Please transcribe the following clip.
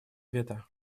вето